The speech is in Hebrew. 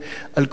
על כל פנים,